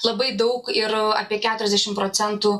labai daug ir apie keturiasdešim procentų